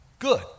Good